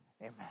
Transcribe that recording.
amen